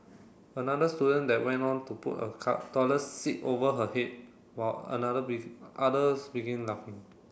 another student that went on to put a toilet seat over her head while another others began laughing